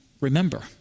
remember